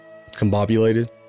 combobulated